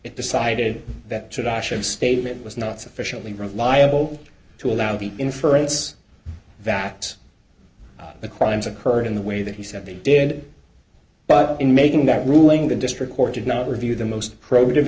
it decided that statement was not sufficiently reliable to allow the inference that the crimes occurred in the way that he said they did but in making that ruling the district court did not review the most productive